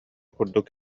курдук